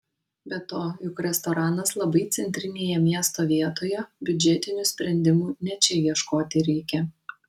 be to juk restoranas labai centrinėje miesto vietoje biudžetinių sprendimų ne čia ieškoti reikia